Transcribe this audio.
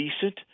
decent